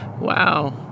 wow